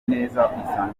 uyisanga